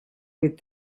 with